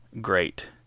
great